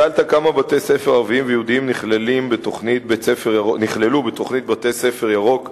שאלת כמה בתי-ספר ערביים ויהודיים נכללו בתוכנית "בית-ספר ירוק"